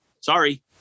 sorry